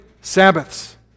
sabbaths